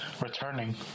returning